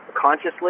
consciously